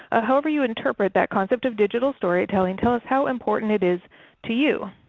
ah however you interpret that concept of digital storytelling, tell us how important it is to you.